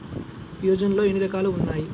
యోజనలో ఏన్ని రకాలు ఉన్నాయి?